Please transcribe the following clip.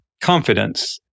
confidence